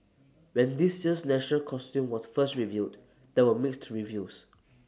when this year's national costume was first revealed there were mixed reviews